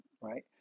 right